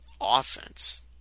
offense